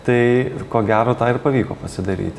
tai ko gero tą ir pavyko pasidaryti